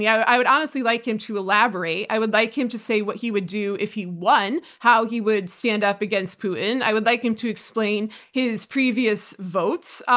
yeah i would honestly like him to elaborate, i would like him to say what he would do if he won, how he would stand up against putin. i would like him to explain his previous votes.